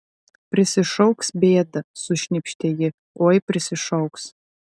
prisišauks bėdą sušnypštė ji oi prisišauks